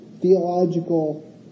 theological